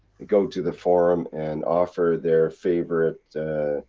go to the forum and offer their favorite.